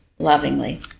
Lovingly